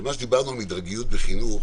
מה שדיברנו על מדרגיות בחינוך,